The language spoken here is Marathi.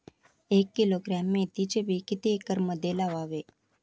एक किलोग्रॅम मेथीचे बी किती एकरमध्ये लावावे?